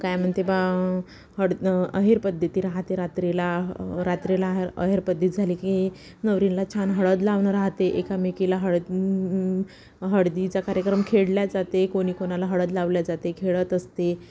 काय म्हणते बा हळद आहेर पद्धती राहते रात्रीला रात्रीेला अ र आहेर पद्धती झाली की नवरीला छान हळद लावणे राहते एकामेकीेला हळद हळदीचा कार्यक्रम खेळल्या जाते कोणी कोणाला हळद लावल्या जाते खेळत असते